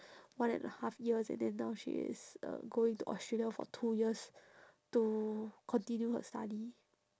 one and a half years and then now she is uh going to australia for two years to continue her study